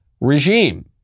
regime